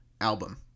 album